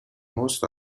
most